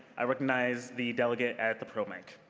i recognize the delegate at the pro mic.